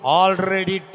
already